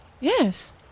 Yes